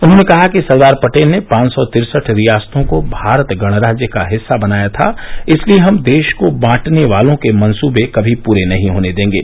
उन्होंने कहा कि सरदार पटेल ने पांच सौ तिरसठ रियासतों को भारत गणराज्य का हिस्सा बनाया था इसलिए हम देश को बांटने वालों के मंसूबे कभी पूरे नहीं होने देंगे